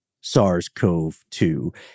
SARS-CoV-2